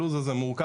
הלו"ז הזה מורכב